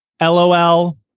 LOL